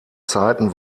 zeiten